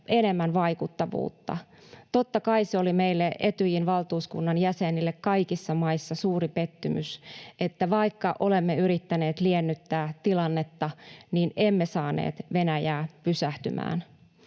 enemmän vaikuttavuutta. Totta kai se oli meille Etyjin valtuuskunnan jäsenille kaikissa maissa suuri pettymys, että vaikka olemme yrittäneet liennyttää tilannetta, niin emme saaneet Venäjää pysähtymään.